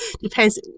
depends